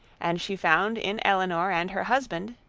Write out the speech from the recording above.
and she found in elinor and her husband,